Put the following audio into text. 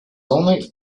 only